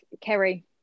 Kerry